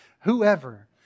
whoever